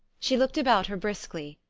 she looked about her briskly,